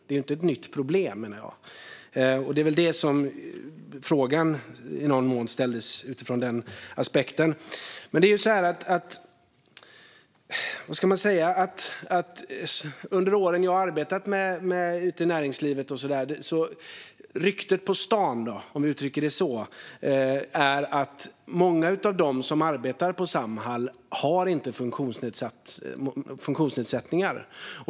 Det är inte ett nytt problem, menar jag, och det var i någon mån utifrån den aspekten frågan ställdes. Under åren jag arbetat ute i näringslivet har ryktet på stan, om vi uttrycker det så, varit att många av de som arbetar på Samhall inte har funktionsnedsättningar.